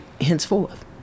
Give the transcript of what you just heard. henceforth